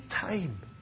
time